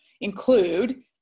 include